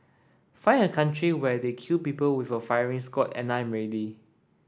find a country where they kill people with a firing squad and I'm ready